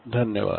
धन्यवाद